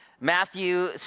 Matthew